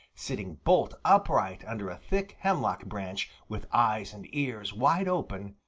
sitting bolt upright under a thick hemlock branch, with eyes and ears wide open,